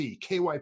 KYP